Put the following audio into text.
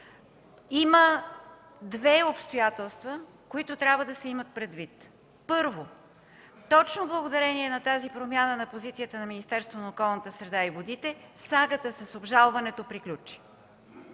Има две обстоятелства, които трябва да се имат предвид. Първо, точно благодарение на тази промяна на позицията на Министерството на околната среда и водите сагата с обжалването приключи.